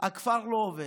הכפר לא עובד.